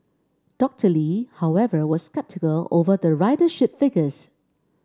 Doctor Lee however was sceptical over the ridership figures